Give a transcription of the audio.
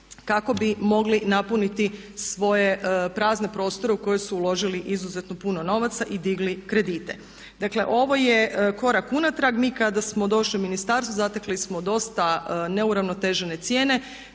kako bi mogli napuniti svoje prazne prostore u koje su uložili izuzetno puno novaca i digli kredite. Dakle, ovo je korak unatrag. Mi kada smo došli u ministarstvo zatekli smo dosta neuravnotežene cijene.